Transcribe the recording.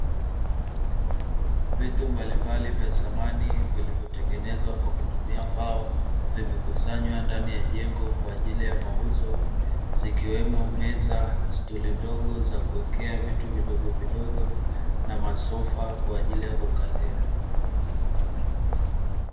Vitu mbalimbali vya samani vilivyotengenezwa kwa kutumia mbao, zimekusanywa ndani ya jengo kwa ajili ya mauzo zikiwemo meza, stuli ndogo za kuwekea vitu vidogovidogo na masofa kwaajili ya kukalia.